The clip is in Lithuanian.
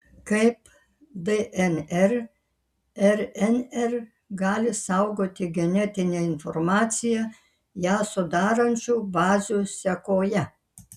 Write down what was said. kaip dnr rnr gali saugoti genetinę informaciją ją sudarančių bazių sekoje